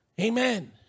Amen